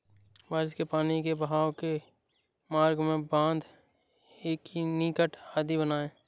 बारिश के पानी के बहाव के मार्ग में बाँध, एनीकट आदि बनाए